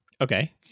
Okay